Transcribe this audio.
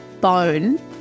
bone